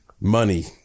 money